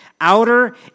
outer